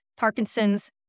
Parkinson's